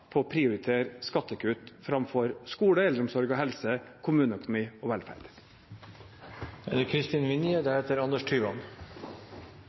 til å prioritere skattekutt framfor skole, eldreomsorg og helse, kommuneøkonomi og